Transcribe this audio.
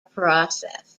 process